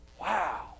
Wow